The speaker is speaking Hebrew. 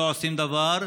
לא עושים דבר,